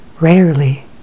rarely